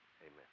amen